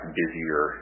busier